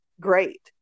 great